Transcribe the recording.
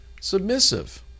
submissive